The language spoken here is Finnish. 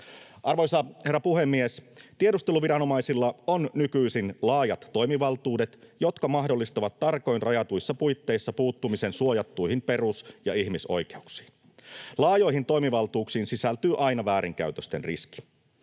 Arvoisa puhemies! Tiedusteluviranomaisilla on nykyisin laajat toimivaltuudet, jotka mahdollistavat tarkoin rajatuissa puitteissa puuttumisen suojattuihin perus- ja ihmisoikeuksiin. Laajoihin toimivaltuuksiin sisältyy aina väärinkäytösten riski.